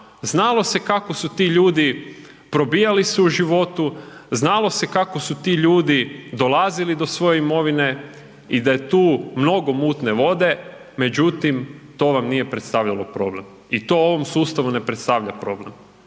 Znalo se kako su ti ljudi probijali se u životu. Znalo se kako su ti ljudi dolazili do svoje imovine i da je tu mnogo mutne vode. Međutim, to vam nije predstavljalo problem i to ovom sustavu ne predstavlja problem.